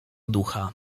ducha